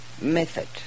method